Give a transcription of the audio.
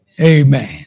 Amen